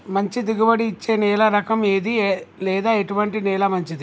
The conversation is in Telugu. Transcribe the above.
మంచి దిగుబడి ఇచ్చే నేల రకం ఏది లేదా ఎటువంటి నేల మంచిది?